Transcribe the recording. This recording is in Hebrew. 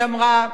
היא אמרה,